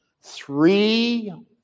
three